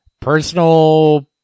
Personal